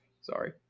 Sorry